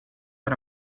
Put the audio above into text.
out